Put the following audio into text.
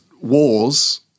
wars